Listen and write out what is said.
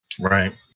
Right